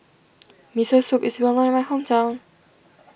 Miso Soup is well known in my hometown